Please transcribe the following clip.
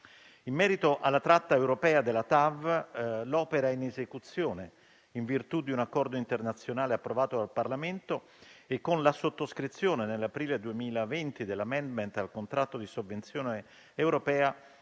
In merito alla tratta europea della TAV, l'opera è in esecuzione, in virtù di un accordo internazionale approvato dal Parlamento e, con la sottoscrizione, nell'aprile 2020, dell'*amendment* al contratto di sovvenzione europea,